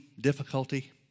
difficulty